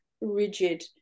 rigid